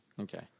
Okay